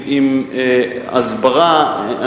עם הסברה,